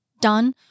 done